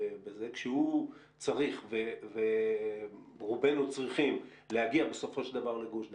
כשהוא צריך ורובנו צריכים להגיע בסופו של דבר לגוש דן,